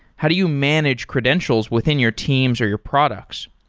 how do you manage credentials within your teams or your products?